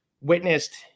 witnessed